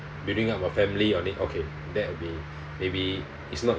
building up a family on it okay that will be maybe it's not